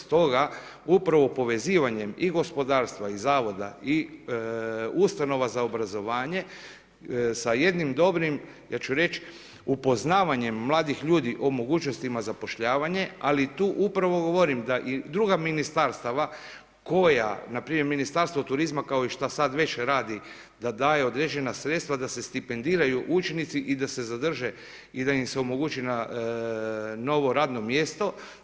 Stoga upravo povezivanjem i gospodarstva i zavoda i ustanova za obrazovanje sa jednim dobrim ja ću reći upoznavanjem mladih ljudi o mogućnostima zapošljavanja, ali tu upravo govorim da i druga ministarstva koja, na primjer Ministarstvo turizma kao i šta sad već radi, da daje određena sredstva da se stipendiraju učenici i da se zadrže i da im se omogući novo radno mjesto.